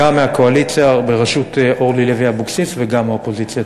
גם מהקואליציה בראשות אורלי לוי אבקסיס וגם מהאופוזיציה.